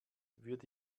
würde